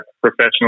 professional